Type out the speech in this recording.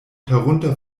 herunter